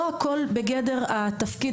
לא הכול הוא בגדר זה בגדר סמכות.